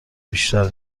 بیشتر